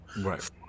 right